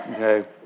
Okay